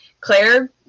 Claire